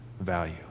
value